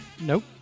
Nope